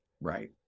Right